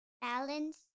balance